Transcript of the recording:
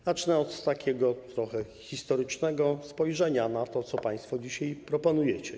Zacznę od trochę historycznego spojrzenia na to, co państwo dzisiaj proponujecie.